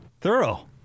Thorough